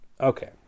Okay